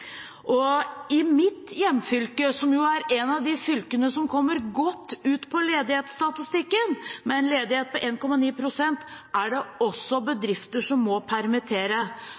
I mitt hjemfylke, som er et av de fylkene som kommer godt ut på ledighetsstatistikken, med en ledighet på 1,9 pst., er det også bedrifter som må permittere.